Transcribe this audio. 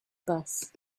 bus